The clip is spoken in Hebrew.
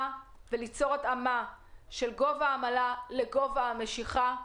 וליצור התאמה של גובה העמלה לגובה המשיכה.